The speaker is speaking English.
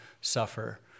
suffer